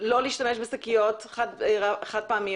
לא להשתמש בשקיות חד פעמיות.